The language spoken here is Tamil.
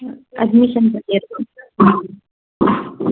ஆ அட்மிஷனுக்கு